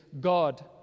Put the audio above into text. God